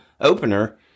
opener